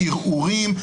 ערעורים.